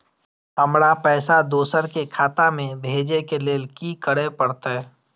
हमरा पैसा दोसर के खाता में भेजे के लेल की करे परते?